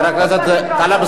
לך יש בעלות?